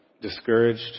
discouraged